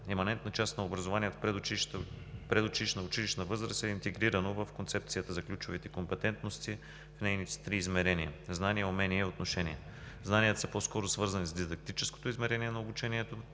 иманентна част на образованието в предучилищна и училищна възраст е интегрирано в Концепцията за ключовите компетентности в нейните три измерения: знания, умения и отношения. Знанията са по-скоро свързани с дидактическото измерение на обучението,